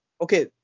okay